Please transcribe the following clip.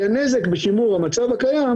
בשבילו.